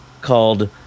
called